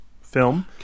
film